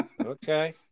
Okay